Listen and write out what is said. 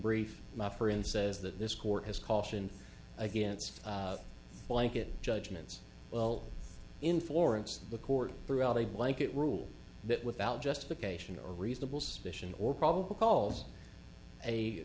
brief my for in says that this court has cautioned against blanket judgments well in florence the court threw out a blanket rule that without justification or reasonable suspicion or probable cause a